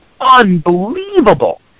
unbelievable